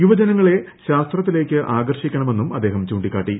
യുവജനങ്ങളെ ശാസ്ത്രത്തിലേയ്ക്ക് ആകർഷിക്കണമെന്നും അദ്ദേഹം ചൂണ്ടിക്കാട്ടി